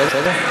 בסדר?